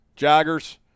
joggers